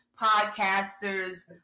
podcasters